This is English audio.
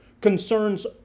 Concerns